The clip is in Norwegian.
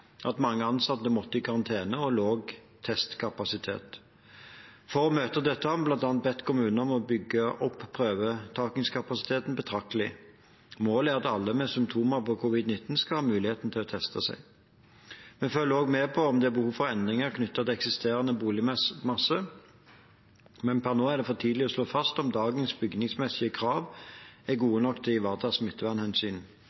at mange ansatte måtte i karantene, og lav testkapasitet. For å møte dette har vi bl.a. bedt kommunene om å bygge opp prøvetakingskapasiteten betraktelig. Målet er at alle med symptomer på covid-19 skal ha muligheten til å teste seg. Vi følger også med på om det er behov for endringer knyttet til eksisterende boligmasse, men per nå er det for tidlig å slå fast om dagens bygningsmessige krav er